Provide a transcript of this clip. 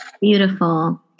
Beautiful